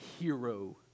hero